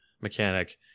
mechanic